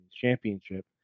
Championship